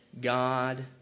God